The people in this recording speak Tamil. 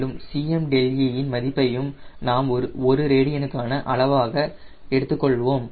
மேலும் Cmδe இன் மதிப்பையும் நாம் ஒரு ரேடியனுக்கான அளவாக எடுத்துக் கொள்வோம்